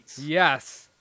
Yes